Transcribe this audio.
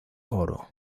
oro